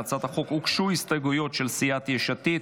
להצעת החוק הוגשו הסתייגויות של סיעת יש עתיד.